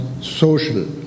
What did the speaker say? social